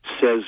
says